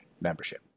membership